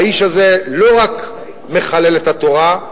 האיש הזה לא רק מחלל את התורה,